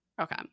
Okay